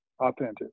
authentic